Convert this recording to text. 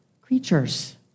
creatures